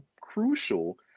crucial